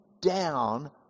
down